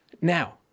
now